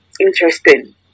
interesting